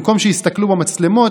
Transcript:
במקום שיסתכלו במצלמות,